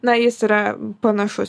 na jis yra panašus